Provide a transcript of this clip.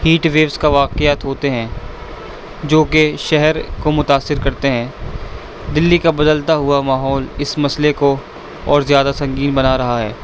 heat waves کا واقعات ہوتے ہیں جو کہ شہر کو متاثر کرتے ہیں دلی کا بدلتا ہوا ماحول اس مسئلے کو اور زیادہ سنگین بنا رہا ہے